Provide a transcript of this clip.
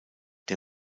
der